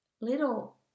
little